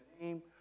name